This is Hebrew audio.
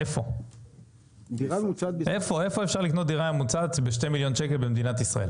איפה אפשר לקנות דירה ממוצעת ב-2 מיליון שקל במדינת ישראל?